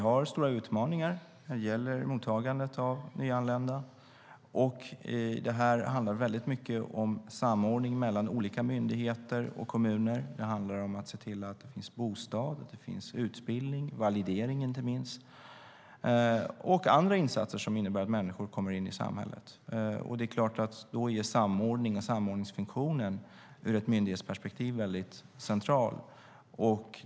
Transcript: När det gäller mottagandet av nyanlända har vi stora utmaningar, och det handlar mycket om samordning mellan olika myndigheter och kommuner. Det handlar om att se till att det finns bostad, utbildning, validering inte minst och andra insatser som innebär att människor kommer in i samhället. Det är klart att samordningsfunktionen då är central ur ett myndighetsperspektiv.